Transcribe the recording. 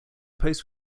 post